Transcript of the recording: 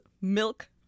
milk